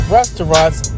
restaurants